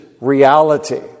reality